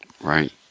Right